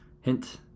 Hint